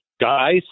guys